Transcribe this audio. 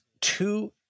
two